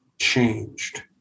changed